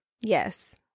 Yes